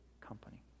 company